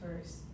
first